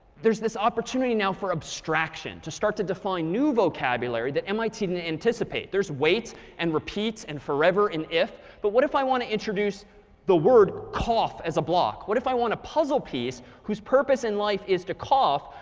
there's this opportunity now for abstraction to start to define new vocabulary that mit didn't anticipate. there's wait and repeat and forever and if, but what if i want to introduce the word cough as a block? what if i want a puzzle piece whose purpose in life is to cough?